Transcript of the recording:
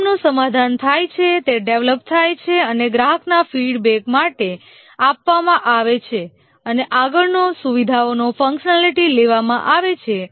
જોખમનું સમાધાન થાય છે તે ડેવલપ થાય છે અને ગ્રાહકના ફીડબેક માટે આપવામાં આવે છે અને આગળનો સુવિધાઓનો ફંકશનાલિટી લેવામાં આવે છે